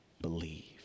believe